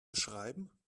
beschreiben